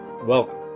Welcome